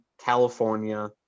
California